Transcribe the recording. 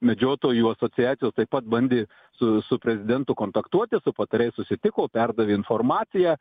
medžiotojų asociacijos taip pat bandė su su prezidentu kontaktuoti su patarėjais susitiko perdavė informaciją